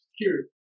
security